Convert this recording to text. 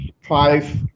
five